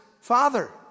father